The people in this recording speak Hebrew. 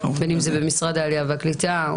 בין אם זה במשרד העלייה והקליטה,